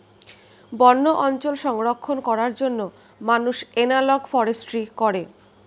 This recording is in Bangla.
বন্য অঞ্চল সংরক্ষণ করার জন্য মানুষ এনালগ ফরেস্ট্রি করে